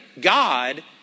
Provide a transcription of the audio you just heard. God